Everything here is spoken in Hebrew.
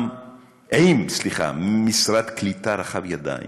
עם משרד קליטה רחב ידיים,